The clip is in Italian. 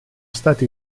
stati